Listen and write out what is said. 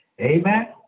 amen